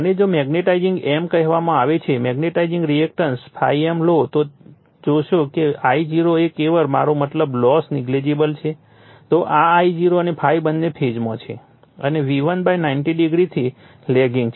અને જો magnetising m કહેવામાં આવે છે મેગ્નેટાઈઝિંગ રિએક્ટન્સ Xm લો તો જોશો કે I0 એ કેવળ મારો મતલબ લોસ નેગલિજિબલ છે તો આ I0 અને ∅ બંને ફેઝમાં છે અને V1 90o થી લેગિંગ છે